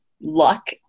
luck